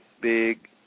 big